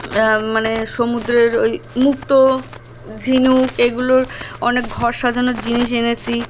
আর মানে সমুদ্রের ওই মুক্তো ঝিনুক এইগুলোর অনেক ঘর সাজানোর জিনিস এনেছি